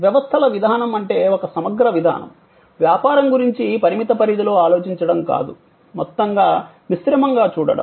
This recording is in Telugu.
వ్యవస్థల విధానం అంటే ఒక సమగ్ర విధానం వ్యాపారం గురించి పరిమిత పరిధిలో ఆలోచించడం కాదు మొత్తంగా మిశ్రమంగా చూడటం